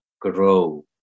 grow